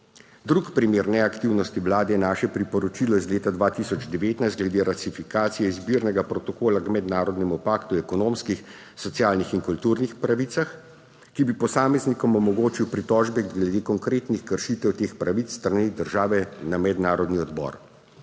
Drugi primer neaktivnosti Vlade je naše priporočilo iz leta 2019 glede ratifikacije izbirnega protokola k Mednarodnemu paktu o ekonomskih, socialnih in kulturnih pravicah, ki bi posameznikom omogočil pritožbe glede konkretnih kršitev teh pravic s strani države na mednarodni odbor.